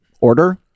order